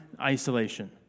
isolation